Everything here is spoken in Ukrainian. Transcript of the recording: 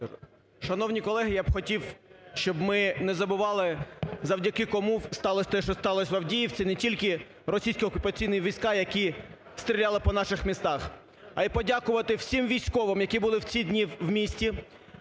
Шановні колеги, я б хотів, щоб ми не забували, завдяки кому сталось те, що сталось в Авдіївці, не тільки російські окупаційні війська, які стріляли по наших містах, а й подякувати всім військовим, які були в ці дні в місті,